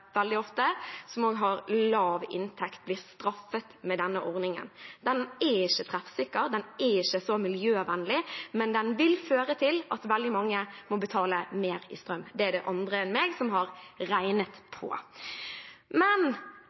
veldig ofte husholdninger i blokker, i sameier osv., som også har lav inntekt, som blir straffet med denne ordningen. Den er ikke treffsikker, den er ikke så miljøvennlig, men den vil føre til at veldig mange må betale mer i strøm. Det er det andre enn meg som har regnet på.